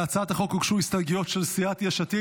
להצעת החוק הוגשו הסתייגויות של סיעת יש עתיד.